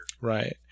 Right